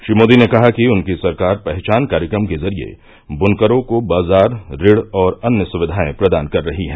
श्री मोदी ने कहा कि उनकी सरकार पहचान कार्यक्रम के जरिये बुनकरों को बाजार ऋण और अन्य सुविधाएं प्रदान कर रही हैं